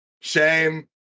Shame